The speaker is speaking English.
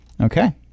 Okay